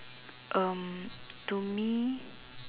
um to me